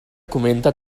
comenta